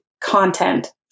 content